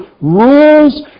rules